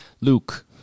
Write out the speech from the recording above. Luke